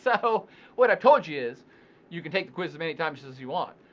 so what i told you is you can take the quiz as many times as you want.